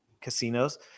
casinos